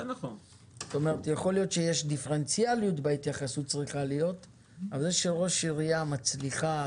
ייתכן שצריכה להיות דיפרנציאליות בהתייחסות אבל זה שראש עירייה מצליחה,